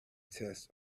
tests